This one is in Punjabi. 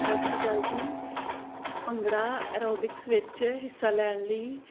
ਸਤਿ ਸ਼੍ਰੀ ਅਕਾਲ ਜੀ ਭੰਗੜਾ ਐਰੋਬਿਕਸ ਵਿੱਚ ਹਿੱਸਾ ਲੈਣ ਲਈ